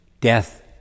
death